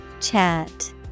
Chat